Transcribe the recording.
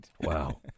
Wow